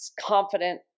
confident